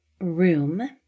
room